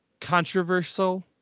controversial